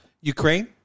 Ukraine